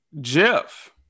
Jeff